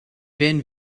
werden